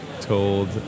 told